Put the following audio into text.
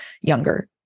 younger